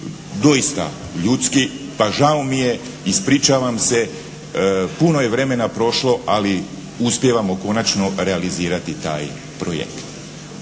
doista ljudski, pa žao mi je, ispričavam se, puno je vremena prošlo ali uspijevamo konačno realizirati taj projekt.